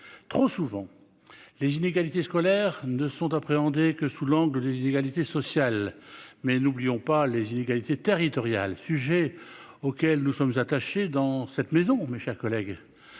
trop souvent les inégalités scolaires ne sont appréhendés que sous l'angle des inégalités sociales, mais n'oublions pas les inégalités territoriales sujets auquel nous sommes attachés dans cette maison, mes chers collègues,